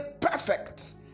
perfect